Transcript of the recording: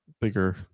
bigger